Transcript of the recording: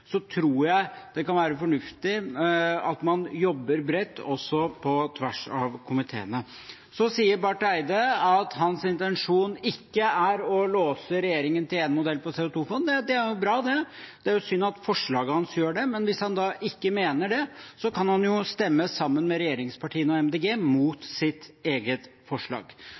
Så sier Barth Eide at hans intensjon ikke er å låse regjeringen til én modell for CO2-fond. Det er bra. Det er synd at forslaget hans gjør det, men hvis han ikke mener det, kan han jo stemme sammen med regjeringspartiene og Miljøpartiet De Grønne mot sitt eget forslag.